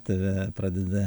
tave pradeda